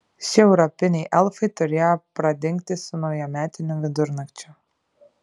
šie europiniai elfai turėjo pradingti su naujametiniu vidurnakčiu